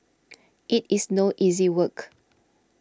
it is no easy work